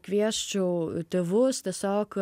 kviesčiau tėvus tiesiog